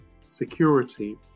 security